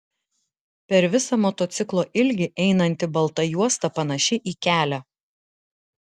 per visą motociklo ilgį einanti balta juosta panaši į kelią